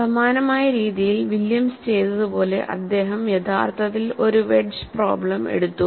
സമാനമായ രീതിയിൽ വില്യംസ് ചെയ്തതുപോലെ അദ്ദേഹം യഥാർത്ഥത്തിൽ ഒരു വെഡ്ജ് പ്രോബ്ലം എടുത്തു